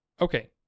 Okay